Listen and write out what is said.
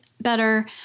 better